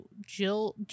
Jill